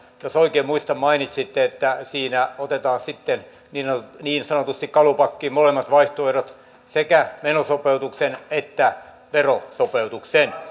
jos oikein muistan mainitsitte että siinä otetaan sitten niin niin sanotusti kalupakki molemmat vaihtoehdot sekä menosopeutus että verosopeutus